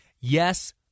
Yes